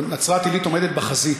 נצרת-עילית עומדת בחזית.